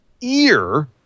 ear